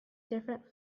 different